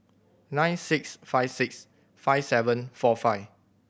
nine six five six five seven four five